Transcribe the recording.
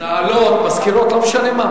מנהלות, מזכירות, לא משנה מה.